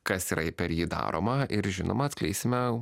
kas yra per jį daroma ir žinoma atskleisime